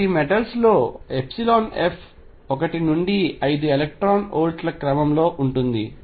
కాబట్టి మెటల్స్ లో F ఒకటి నుండి 5 ఎలక్ట్రాన్ వోల్ట్ల క్రమంలో ఉంటుంది